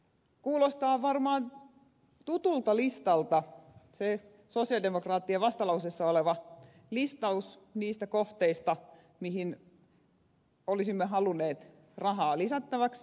kuulostaa varmaan tutulta se sosialidemokraattien vastalauseessa oleva listaus niistä kohteista mihin olisimme halunneet rahaa lisättäväksi